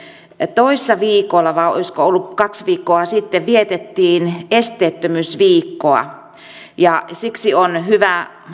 toissa viikolla vai olisiko ollut kaksi viikkoa sitten vietettiin esteettömyysviikkoa ja siksi on hyvä